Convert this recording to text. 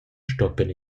stoppien